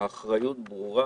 האחריות כאן ברורה,